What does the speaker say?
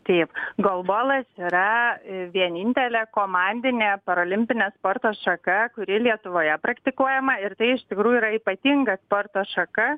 taip golbolas yra vienintelė komandinė parolimpinė sporto šaka kuri lietuvoje praktikuojama ir tai iš tikrųjų yra ypatinga sporto šaka